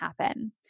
happen